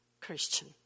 Christian